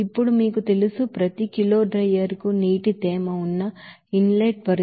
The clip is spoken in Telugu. ఇప్పుడు మీకు తెలుసు ప్రతి కిలో డ్రైయర్ కు నీటి తేమ ఉన్న ఇన్ లెట్ పరిస్థితి మీకు 0